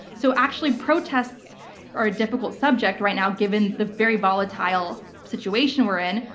so, actually, protests are a difficult subject right now given the very volatile situation we're in,